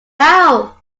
now